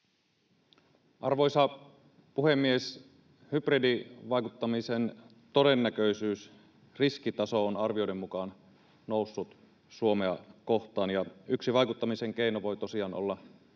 Arvoisa puhemies! Hybridivaikuttamisen todennäköisyys, riskitaso, on arvioiden mukaan noussut Suomea kohtaan, ja yksi vaikuttamisen keino voi tosiaan olla